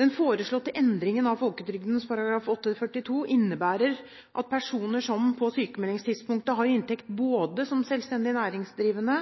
Den foreslåtte endringen av folketrygdloven § 8-42 innebærer at personer som på sykmeldingstidspunktet har inntekt både som selvstendig næringsdrivende